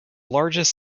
largest